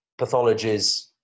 pathologies